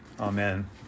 Amen